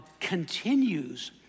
continues